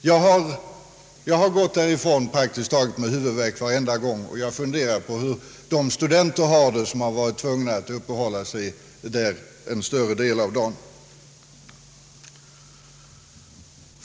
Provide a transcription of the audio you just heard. Jag har gått därifrån med huvudvärk, och jag har funderat på hur de studenter har det som har varit tvungna att uppehålla sig där under en större del av dagen.